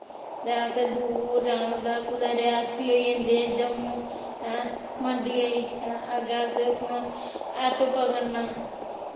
ते असें दूर जाना पौंदा कुदै रियासी होई जंदे कुदै जम्मू मंडियै ई अग्गुआं अस इत्थुआं ऑटो पकड़ना